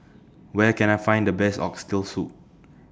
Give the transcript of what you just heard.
Where Can I Find The Best Oxtail Soup